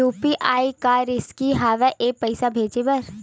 UPI का रिसकी हंव ए पईसा भेजे बर?